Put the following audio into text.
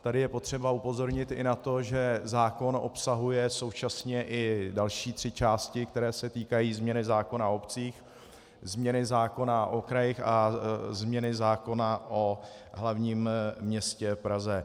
Tady je potřeba upozornit i na to, že zákon obsahuje současně i další tři části, které se týkají změny zákona o obcích, změny zákona o krajích a změny zákona o hlavním městě Praze.